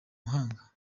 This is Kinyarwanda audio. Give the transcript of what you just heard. mahanga